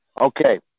Okay